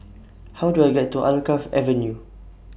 How Do I get to Alkaff Avenue